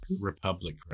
Republic